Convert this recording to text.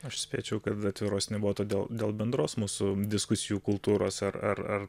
aš spėčiau kad atviros nebuvo todėl dėl bendros mūsų diskusijų kultūros ar ar